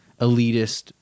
elitist